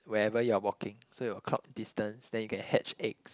wherever you are walking so you'll clock distance then you can hatch eggs